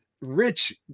Rich